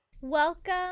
Welcome